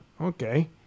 okay